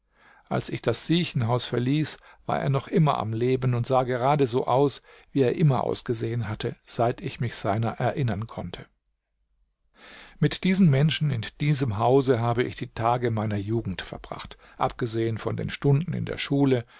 als ich das siechenhaus verließ war er noch immer am leben und sah gerade so aus wie er immer ausgesehen hatte seit ich mich seiner erinnern konnte mit diesen menschen in diesem hause habe ich die tage meiner jugend verbracht abgesehen von den stunden in der schule